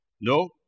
No